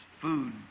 food